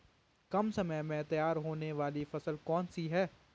कम समय में तैयार होने वाली फसल कौन सी है?